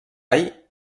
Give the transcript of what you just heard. all